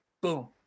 Boom